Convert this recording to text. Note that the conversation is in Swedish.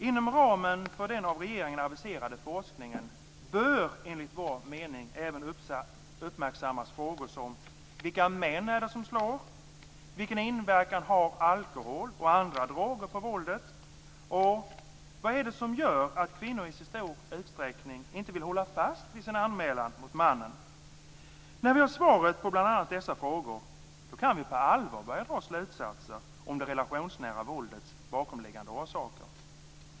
Inom ramen för den av regeringen aviserade forskningen bör enligt vår mening även uppmärksammas frågor som vilka män det är som slår, vilken inverkan alkohol och andra droger har på våldet och vad det är som gör att kvinnor i så stor utsträckning inte vill hålla fast vid sin anmälan mot mannen. När vi har svaren på bl.a. dessa frågor kan vi på allvar börja dra slutsatser om det relationsnära våldets bakomliggande orsaker.